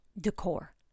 decor